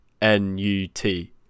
n-u-t